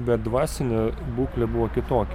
bet dvasinė būklė buvo kitokia